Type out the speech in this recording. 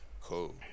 Cool